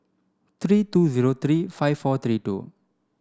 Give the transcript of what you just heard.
three two zero three five four three two